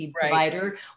provider